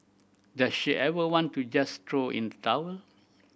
does she ever want to just throw in towel